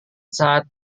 saat